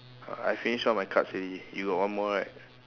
I finish all my cards already you got one more right